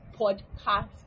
podcast